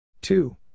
Two